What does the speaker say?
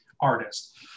artist